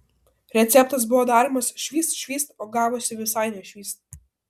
receptas buvo daromas švyst švyst o gavosi visai ne švyst